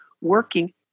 working